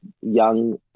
young